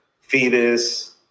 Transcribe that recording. Fetus